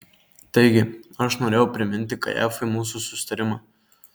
taigi aš norėjau priminti kajafui mūsų susitarimą